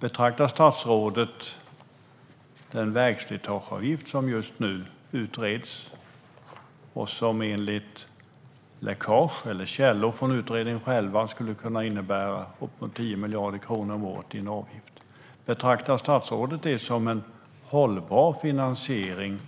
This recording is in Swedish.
Betraktar statsrådet den vägslitageavgift som just nu utreds och som enligt läckage eller källor från utredningen själv skulle kunna innebära en avgift på uppemot 10 miljarder om året som en hållbar finansiering